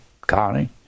Connie